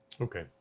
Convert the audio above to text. Okay